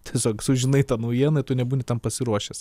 tiesiog sužinai tą naujieną ir tu nebūni tam pasiruošęs